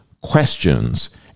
questions